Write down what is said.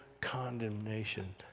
condemnation